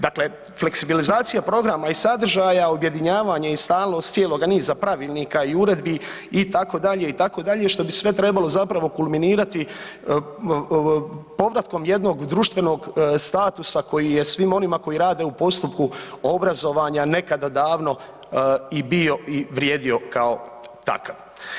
Dakle, fleksibilizacija programa i sadržaja, objedinjavanje i stalnost cijeloga niza pravilnika i uredbi, itd., itd., što bi sve trebalo zapravo kulminirati povratkom jednog društvenog statusa koji je svim onima koji rade u postupku obrazovanja nekada davno i bio i vrijedio kao takav.